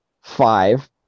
five